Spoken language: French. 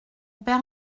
père